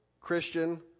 Christian